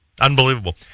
Unbelievable